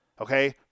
okay